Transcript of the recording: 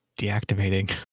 deactivating